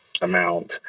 amount